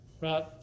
right